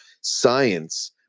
science